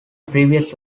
previous